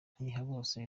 ntihabose